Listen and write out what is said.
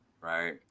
right